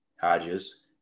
Hodges